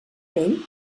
vell